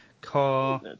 Car